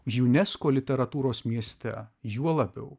unesco literatūros mieste juo labiau